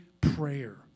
prayer